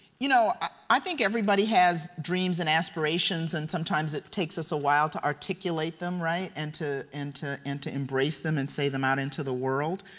you know i think everybody has dreams and aspirations and sometimes it takes us a while to articulate them, right? and to and to embrace them and say them out into the world.